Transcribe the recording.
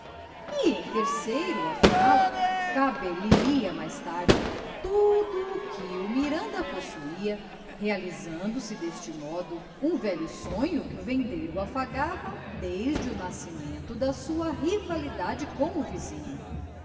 em terceiro afinal caber lhe ia mais tarde tudo o que o miranda possuía realizando se deste modo um velho sonho que o vendeiro afagava desde o nascimento da sua rivalidade com